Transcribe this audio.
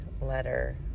letter